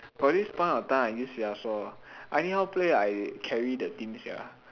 got this point of time I use this yasuo ah I anyhow play ah I carry the team sia